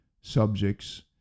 subjects